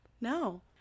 No